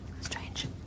Strange